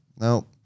no